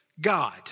God